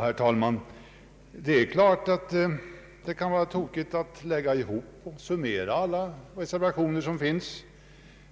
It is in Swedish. Herr talman! Det kan självfallet vara litet tokigt att summera alla belopp som finns